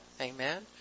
Amen